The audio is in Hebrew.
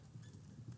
נכון.